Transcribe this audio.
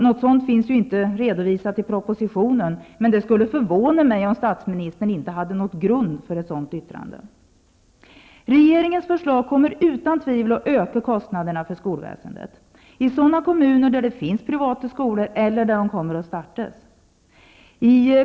Något sådant finns inte redovisat i propositionen, men det skulle förvåna mig om statsministern inte hade någon grund för ett sådant yttrande. Regeringens förslag kommer utan tvivel att öka kostnaderna för skolväsendet i sådana kommuner där det finns privata skolor, eller där sådana startas.